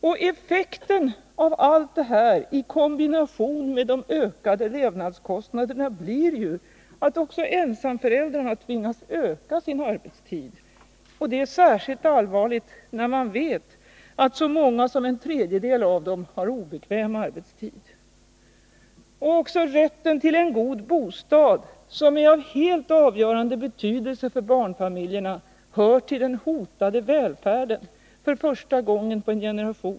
Och effekten av allt detta i kombination med de ökade levnadskostnaderna blir, att också ensamföräldrar tvingas öka sin arbetstid. Det är särskilt allvarligt när man vet att så många som en tredjedel av dem har obekväm arbetstid. Också rätten till en god bostad, som är av helt avgörande betydelse för barnfamiljerna, hör till den hotade välfärden.